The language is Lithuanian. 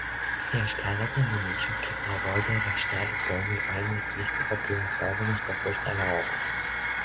prieš keletą minučių kai parodė raštelį ponui ainui jis tik apgailestaudamas papurtė galvą